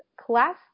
Class